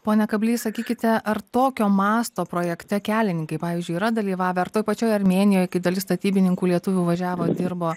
pone kably sakykite ar tokio masto projekte kelininkai pavyzdžiui yra dalyvavę ar toj pačioj armėnijoj kai dalis statybininkų lietuvių važiavo dirbo